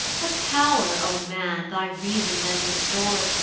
what pow'r, o man! thy reason then restores,